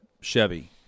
chevy